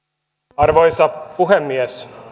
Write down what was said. arvoisa puhemies